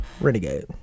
Renegade